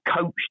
coached